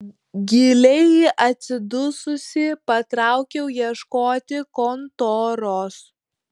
giliai atsidususi patraukiau ieškoti kontoros